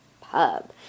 Pub